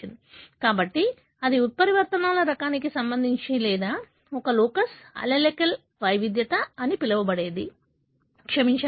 కాబట్టి అది ఉత్పరివర్తనాల రకానికి సంబంధించి లేదా ఒక లోకస్ అల్లెలిక్ వైవిధ్యత అని పిలవబడేది క్షమించండి